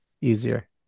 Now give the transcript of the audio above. easier